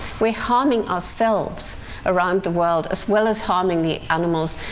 we're harming ourselves around the world, as well as harming the animals,